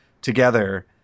together